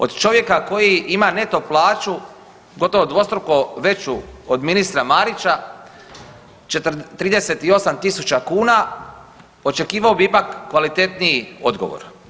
Od čovjeka koji ima neto plaću gotovo dvostruko veću od ministra Marića 38.000 kuna očekivao bih ipak kvalitetniji odgovor.